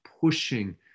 pushing